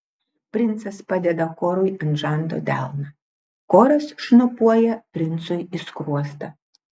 princas padeda korui ant žando delną koras šnopuoja princui į skruostą